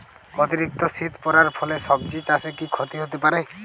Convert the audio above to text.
অতিরিক্ত শীত পরার ফলে সবজি চাষে কি ক্ষতি হতে পারে?